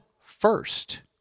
First